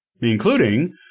including